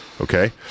Okay